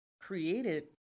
created